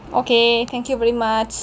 okay thank you very much